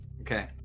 Okay